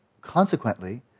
consequently